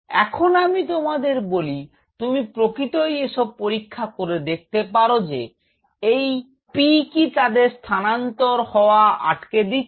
এখন আমি তোমাদের বলি তুমি প্রকৃতই এসব পরীক্ষা করে দেখতে পার যে এই P কি তাদের স্থানান্তর হওয়া আটকে দিচ্ছে